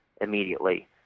immediately